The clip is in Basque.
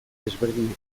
desberdinak